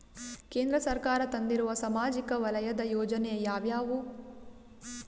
ಕೇಂದ್ರ ಸರ್ಕಾರ ತಂದಿರುವ ಸಾಮಾಜಿಕ ವಲಯದ ಯೋಜನೆ ಯಾವ್ಯಾವು?